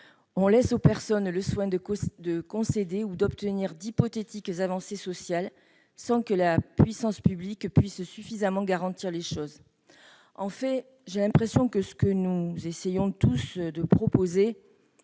on laisserait aux personnes le soin de concéder ou d'obtenir d'hypothétiques avancées sociales, sans que la puissance publique puisse suffisamment jouer son rôle de garante. En fait, j'ai l'impression que ce que nous essayons tous de proposer